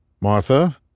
Martha